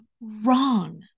wrong